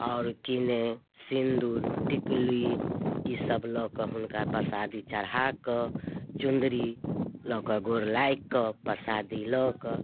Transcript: आओर कि ने सिन्दूर टिकुली ईसब लऽ कऽ हुनका परसादी चढ़ाकऽ चुनरी लऽ कऽ गोर लागिकऽ परसादी लऽ कऽ